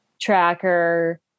tracker